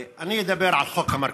אני אדבר על חוק המרכולים,